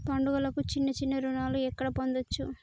పండుగలకు చిన్న చిన్న రుణాలు ఎక్కడ పొందచ్చు?